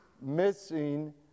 missing